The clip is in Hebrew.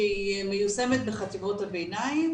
שמיושמת בחטיבות הביניים